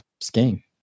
skiing